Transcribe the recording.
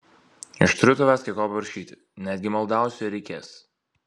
aš turiu tavęs kai ko paprašyti netgi maldausiu jei reikės